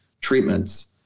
treatments